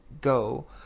go